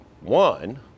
one